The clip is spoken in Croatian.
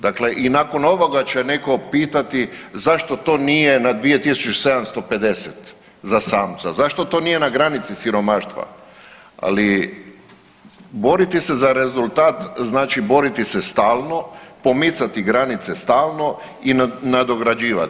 Dakle, i nakon ovoga će netko pitati zašto to nije na 2.750 za samca, zašto to nije na granici siromaštva, ali boriti se za rezultat, znači boriti se stalno, pomicati granice stalno i nadograđivati.